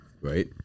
Right